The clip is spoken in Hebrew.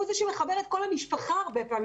הוא זה שמחבר את כל המשפחה הרבה פעמים.